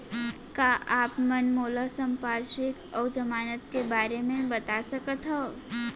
का आप मन मोला संपार्श्र्विक अऊ जमानत के बारे म बता सकथव?